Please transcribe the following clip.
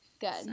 Good